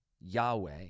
Yahweh